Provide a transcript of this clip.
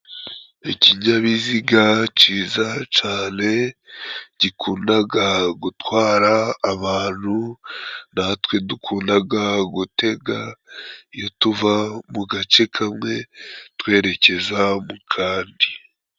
Ikinyabiziga ciza cane gikundaga gutwara abantu, natwe dukundaga gutega iyo tuva mu gace kamwe twerekeza mu kandi.